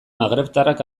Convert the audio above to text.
magrebtarrak